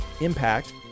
impact